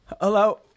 Hello